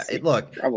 look